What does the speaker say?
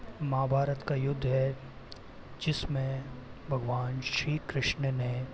महाभारत का युद्ध है जिसमें भगवान श्री कृष्ण ने